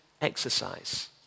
exercise